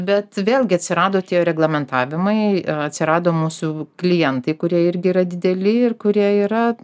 bet vėlgi atsirado tie reglamentavimai atsirado mūsų klientai kurie irgi yra dideli ir kurie yra